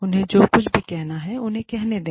उन्हें जो कुछ भी कहना है उन्हें कहने दें